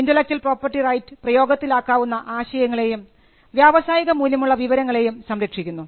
intellectual property right പ്രയോഗത്തിൽ ആക്കാവുന്ന ആശയങ്ങളെയും വ്യവസായിക മൂല്യമുള്ള വിവരങ്ങളെയും സംരക്ഷിക്കുന്നു